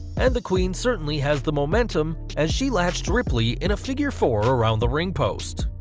and the queen certainly has the momentum, as she latched ripley in a figure four around the ring post.